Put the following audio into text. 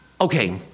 Okay